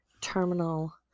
terminal